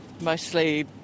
mostly